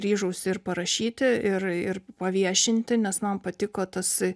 ryžausi parašyti ir ir paviešinti nes man patiko tas a